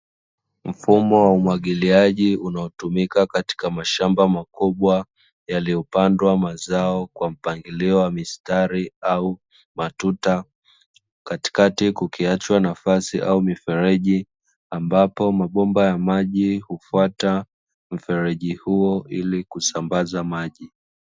Mfumo wa umwagiliaji unaotumika katika mashamba makubwa, yaliyopandwa mazao kwa mpangilio wa mistari au matuta. Katikati kukiachwa nafasi au mifereji, ambapo mabomba ya maji hufata mfereji huo ili kusambaza maji.